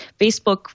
Facebook